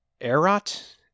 erot